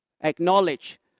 acknowledge